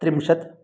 त्रिंशत्